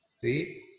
See